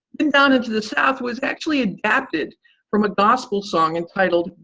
and down into the south was actually adapted from a gospel song entitled,